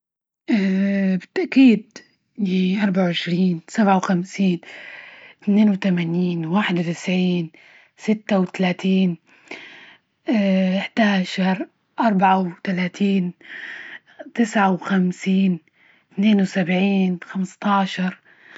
بالتأكيد اربعة وعشرين، سبعة وخمسين، اثنين وثمانين، واحد وتسعين، ستة وثلاثين، احدى عشر، اربعة وثلاثين، تسعة وخمسين، اثنين وسبعين، خمسة عشر.